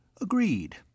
Agreed